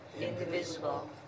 indivisible